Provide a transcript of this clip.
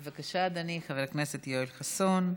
בבקשה, אדוני, חבר הכנסת יואל חסון.